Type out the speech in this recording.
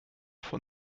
von